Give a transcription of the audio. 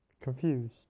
confused